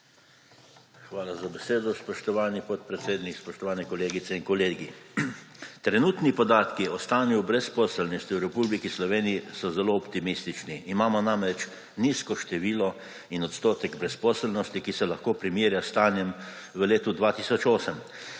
Hvala za besedo, spoštovani podpredsednik. Spoštovane kolegice in kolegi! Trenutni podatki o stanju brezposelnosti v Republiki Sloveniji so zelo optimistični. Imamo namreč nizko število in odstotek brezposelnosti, ki se lahko primerja s stanjem v letu 2008,